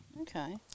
Okay